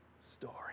story